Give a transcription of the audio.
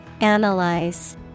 Analyze